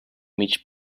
mig